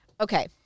Okay